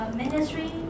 ministry